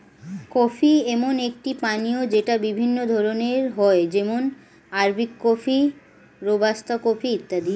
coffee এমন একটি পানীয় যেটা বিভিন্ন ধরণের হয় যেমন আরবিক কফি, রোবাস্তা কফি ইত্যাদি